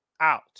out